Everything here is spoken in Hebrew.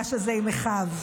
מהמפגש הזה עם אחיו.